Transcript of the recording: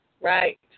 Right